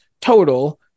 total